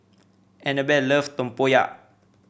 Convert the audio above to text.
Anabella love Tempoyak